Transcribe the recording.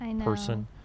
person